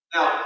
Now